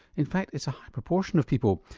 in fact, it's a high proportion of people,